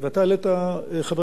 חבר הכנסת הרצוג,